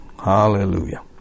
Hallelujah